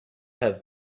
have